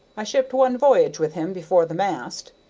i shipped one v'y'ge with him before the mast,